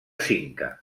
cinca